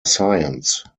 science